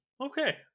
okay